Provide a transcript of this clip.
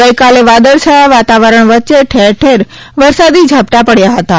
ગઇકાલે વાદળછાયા વાતાવરણ વચ્ચે ઠેરટેર વરસાદી ઝાપટાં પડ્યાં હતાં